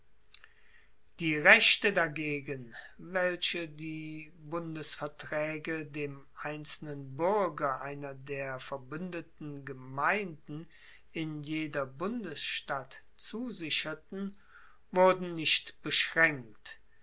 die rechte dagegen welche die bundesvertraege dem einzelnen buerger einer der verbuendeten gemeinden in jeder bundesstadt zusicherten wurden nicht beschraenkt